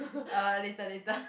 uh later later